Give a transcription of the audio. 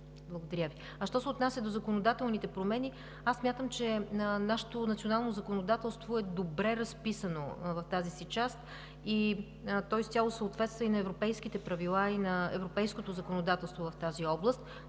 добив. Що се отнася до законодателните промени, смятам, че нашето национално законодателство е добре разписано в тази си част и то изцяло съответства на европейските правила и на европейското законодателство в тази област.